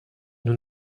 nous